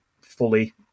fully